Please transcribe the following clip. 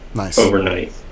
overnight